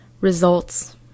results